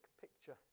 picture